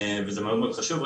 וזה מאוד מאוד חשוב.